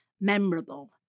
memorable